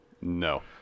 No